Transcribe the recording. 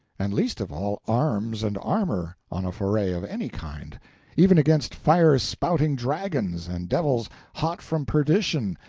and, least of all, arms and armor, on a foray of any kind even against fire-spouting dragons, and devils hot from perdition,